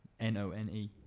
N-O-N-E